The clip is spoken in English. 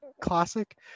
classic